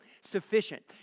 sufficient